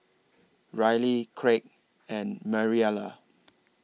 Ryley Kraig and Mariela